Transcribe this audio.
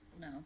No